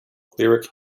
lyric